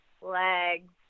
legs